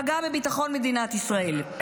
פגע בביטחון מדינת ישראל,